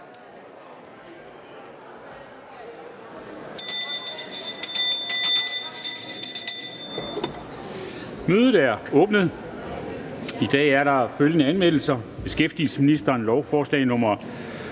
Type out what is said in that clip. Mødet er åbnet. I dag er der følgende anmeldelser: Beskæftigelsesministeren (Peter